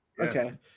Okay